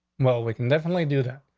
well, we can definitely do that.